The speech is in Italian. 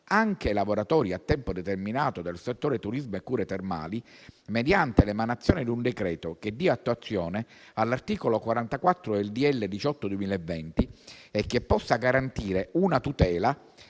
anche lavoratori a tempo determinato del settore del turismo e delle cure termali, mediante l'emanazione di un decreto che dia attuazione all'articolo 44 del decreto-legge n. 18 del 2020 e che possa garantire una tutela